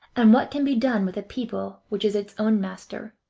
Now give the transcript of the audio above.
and what can be done with a people which is its own master,